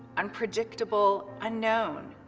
unpredictable, unknown.